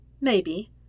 Maybe